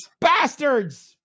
bastards